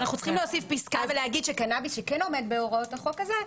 אנחנו צריכים להוסיף פסקה ולהגיד שקנאביס שכן עומד בהוראות החוק הזה...